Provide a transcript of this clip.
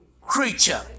creature